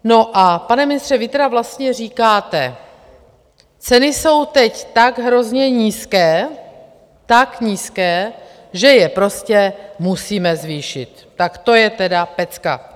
No a, pane ministře, vy tedy vlastně říkáte: Ceny jsou teď tak hrozně nízké, tak nízké, že je prostě musíme zvýšit tak to je tedy pecka.